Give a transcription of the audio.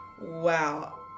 wow